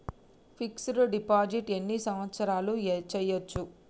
Fix డ్ deposit ఎన్ని సంవత్సరాలు చేయచ్చు?